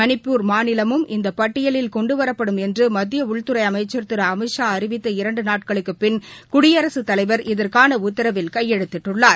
மணிப்பூர் மாநிலமும் இந்த பட்டியலில் கொண்டுவரப்படும் என்று மத்திய உள்துறை அமைச்சர் திரு அமித்ஷா அறிவித்த இரண்டு நாட்களுக்குப் பின் குடியரசுத் தலைவர் இதற்கான உத்தரவில் கையெழுத்திட்டுள்ளார்